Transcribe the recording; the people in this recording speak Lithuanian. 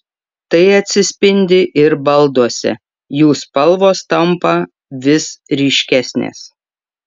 tai atsispindi ir balduose jų spalvos tampa vis ryškesnės